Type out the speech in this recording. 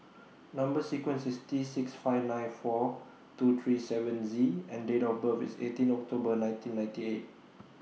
Number sequence IS T six five nine four two three seven Z and Date of birth IS eighteen October nineteen ninety eight